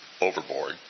overboard